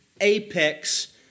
apex